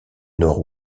nord